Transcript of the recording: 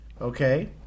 Okay